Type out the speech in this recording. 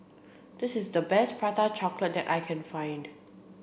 this is the best prata chocolate that I can find